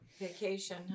Vacation